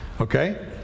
Okay